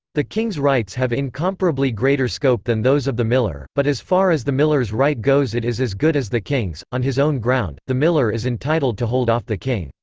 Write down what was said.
the king's rights have incomparably greater scope than those of the miller but as far as the miller's right goes it is as good as the king's on his own ground, the miller is entitled to hold off the king.